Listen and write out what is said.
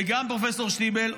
וגם ד"ר שטיבל,